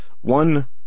one